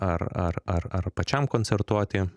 ar ar ar ar pačiam koncertuoti